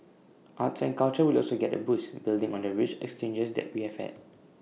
arts and culture will also get A boost building on the rich exchanges we have had